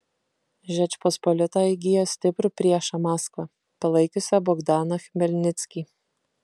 žečpospolita įgijo stiprų priešą maskvą palaikiusią bogdaną chmelnickį